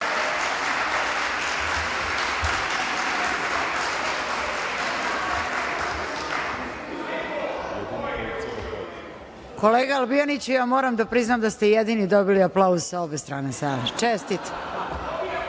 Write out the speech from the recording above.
Kolega Albijaniću, moram da priznam da ste jedini dobili aplauz sa obe strane sale,